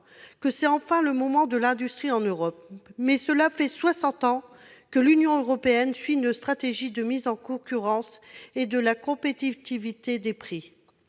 que c'est enfin le moment de l'industrie en Europe, mais cela fait soixante ans que l'Union européenne suit une stratégie de mise en concurrence et de compétitivité des prix,